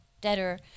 debtor